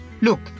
Look